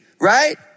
right